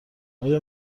آیا